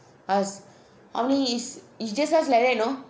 ask how many is is just ask like that you know